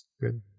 Good